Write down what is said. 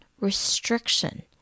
restriction